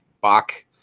Bach